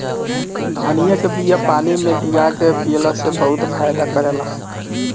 धनिया के बिया के पानी में भीगा के पिय त ई बहुते फायदा करेला